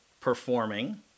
performing